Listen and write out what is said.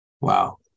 Wow